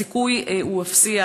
הסיכוי הוא אפסי.